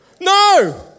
No